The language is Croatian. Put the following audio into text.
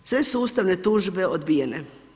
Sve su ustavne tužbe odbijene.